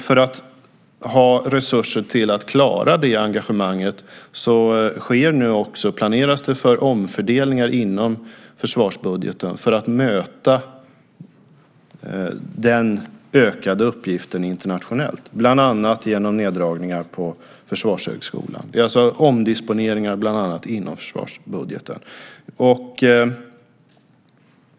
För att ha resurser till att klara det engagemanget planeras det nu för omfördelningar inom försvarsbudgeten för att möta den ökade uppgiften internationellt, bland annat genom neddragningar på Försvarshögskolan. Det är alltså omdisponeringar inom bland annat försvarsbudgeten.